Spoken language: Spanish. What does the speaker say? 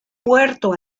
puerto